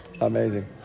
Amazing